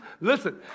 Listen